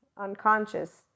unconscious